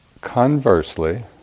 Conversely